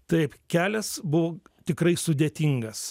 taip kelias buvo tikrai sudėtingas